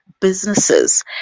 businesses